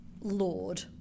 lord